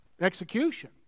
execution